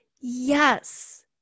Yes